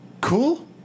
Cool